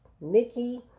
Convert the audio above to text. Nikki